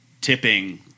tipping